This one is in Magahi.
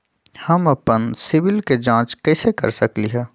हम अपन सिबिल के जाँच कइसे कर सकली ह?